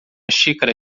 xícara